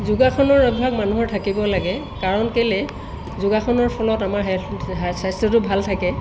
যোগাসনৰ অভ্যাস মানুহৰ থাকিব লাগে কাৰণ কেলৈ যোগাসনৰ ফলত আমাৰ হেলথ স্বাস্থ্যটো ভাল থাকে